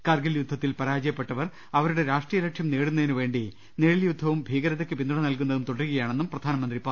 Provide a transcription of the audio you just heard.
കർഗിൽ യുദ്ധത്തിൽ പരാജയപ്പെട്ടവർ അവരുടെ രാഷ്ട്രീ യലക്ഷ്യം നേടുന്നതിനുവേണ്ടി നിഴൽ യുദ്ധവും ഭീകരതയ്ക്ക് പിന്തുണ നൽകുന്നതും തുടരുകയാണെന്നും പ്രധാനമന്ത്രി പറ ഞ്ഞു